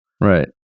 Right